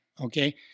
Okay